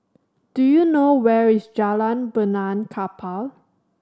do you know where is Jalan Benaan Kapal